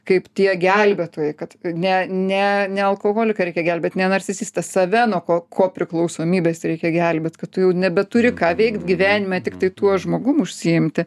kaip tie gelbėtojai kad ne ne ne alkoholiką reikia gelbėt ne narcisistą save nuo ko kopriklausomybės reikia gelbėt kad tu jau nebeturi ką veikt gyvenime tiktai tuo žmogum užsiimti